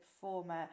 performer